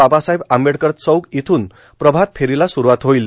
बाबासाहेब आंबेडकर चौक इथून प्रभात फेरीला सुरुवात होईल